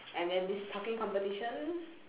and then this talking competition